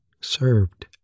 served